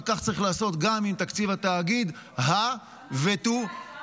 וכך צריך לעשות גם עם תקציב התאגיד -- למה ממשלה?